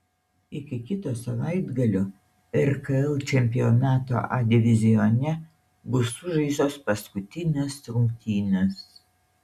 iki kito savaitgalio rkl čempionato a divizione bus sužaistos paskutinės rungtynės